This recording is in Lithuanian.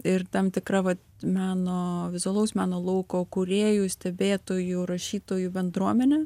ir tam tikra va meno vizualaus meno lauko kūrėjų stebėtojų rašytojų bendruomenė